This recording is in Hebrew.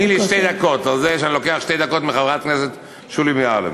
תני לי שתי דקות, חברת הכנסת שולי מועלם.